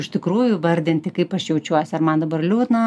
iš tikrųjų įvardinti kaip aš jaučiuosi ar man dabar liūdna